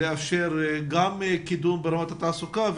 ולאפשר גם קידום ברמת התעסוקה.